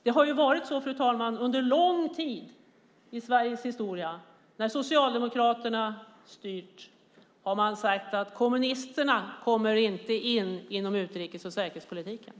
Det har varit så under lång tid i Sveriges historia att när Socialdemokraterna har styrt har man sagt att kommunisterna kommer inte in inom utrikes och säkerhetspolitiken.